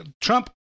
Trump